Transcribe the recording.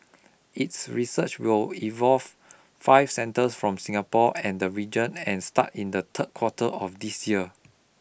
its research will involve five centres from Singapore and the region and start in the third quarter of this year